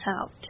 out